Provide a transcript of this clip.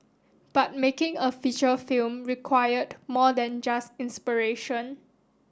but making a feature film required more than just inspiration